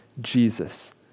Jesus